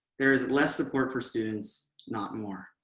there is less support for students not more.